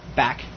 back